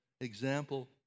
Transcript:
example